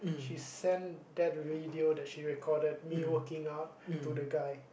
she send that video that she recorded me working out to the guy